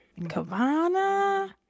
Kavana